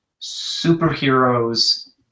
superheroes